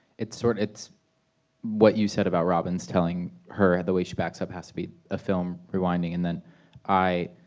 it's sort it's what you said about robbins telling her the way she backs up has to be a film rewinding and then i